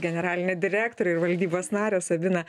generalinę direktorę ir valdybos narę sabiną